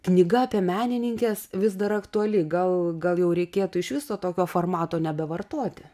knyga apie menininkes vis dar aktuali gal gal jau reikėtų iš viso tokio formato nebevartoti